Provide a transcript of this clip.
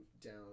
down